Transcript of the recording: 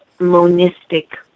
monistic